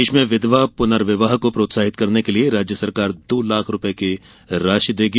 प्रदेश में विधवा पुनर्विवाह को प्रोत्साहित करने के लिये राज्य सरकार दो लाख रूपये की राशि देगी